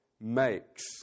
Makes